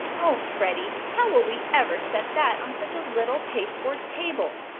oh, freddie, how will we ever set that on such a little pasteboard table?